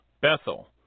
Bethel